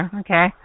okay